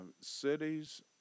Cities